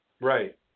Right